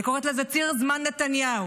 אני קוראת לזה ציר זמן נתניהו,